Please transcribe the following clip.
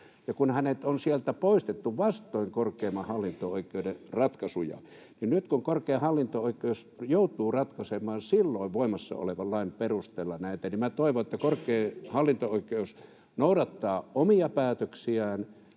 Kun hänet on sieltä poistettu vastoin korkeimman hallinto-oikeuden ratkaisuja, niin nyt kun korkein hallinto-oikeus joutuu ratkaisemaan silloin voimassa olevan lain perusteella näitä, niin minä toivon, että korkein hallinto-oikeus noudattaa omia päätöksiään